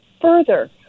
further